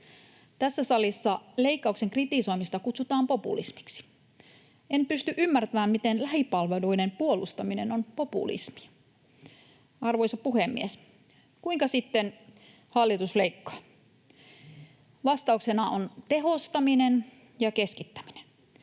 Tässä salissa leikkauksen kritisoimista kutsutaan populismiksi. En pysty ymmärtämään, miten lähipalveluiden puolustaminen on populismia. Arvoisa puhemies! Kuinka sitten hallitus leikkaa? Vastauksena on tehostaminen ja keskittäminen.